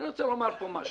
אני רוצה לומר פה משהו.